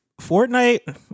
Fortnite